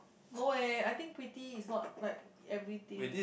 no eh I think pretty is not like everything